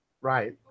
right